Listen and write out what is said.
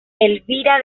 elvira